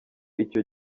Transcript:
icyo